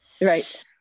Right